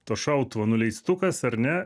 to šautuvo nuleistukas ar ne